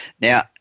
Now